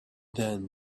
then